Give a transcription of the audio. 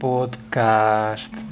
Podcast